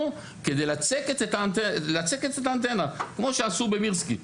כדי לצקת את האנטנה כמו שעשו במירסקי,